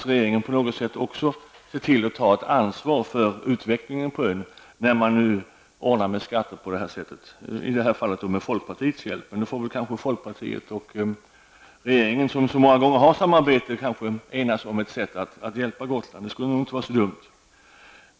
Regeringen måste också ta ett ansvar för utvecklingen på ön, när man nu inför denna skattereform, i det här fallet med folkpartiets hjälp. Kanske folkpartiet och regeringen som så många gånger tidigare har samarbetat kan enas om ett sätt att hjälpa Gotland. Det skulle inte vara så dumt.